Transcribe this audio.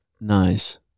Nice